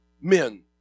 men